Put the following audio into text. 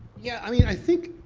yeah i mean, i think,